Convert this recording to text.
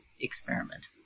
experiment